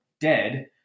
dead